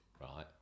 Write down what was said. right